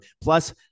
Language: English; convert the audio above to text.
plus